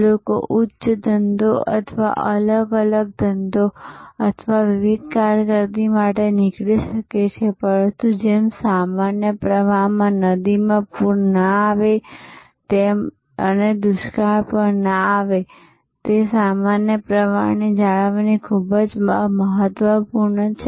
લોકો ઉચ્ચ ધંધો અથવા અલગ ધંધો અથવા વિવિધ કારકિર્દી માટે નીકળી શકે છે પરંતુ જેમ સામાન્ય પ્રવાહમાં નદીમાં ન તો પૂર આવે છે અને ન તો દુષ્કાળ પડે છે તે સામાન્ય પ્રવાહની જાળવણી ખૂબ જ મહત્વપૂર્ણ છે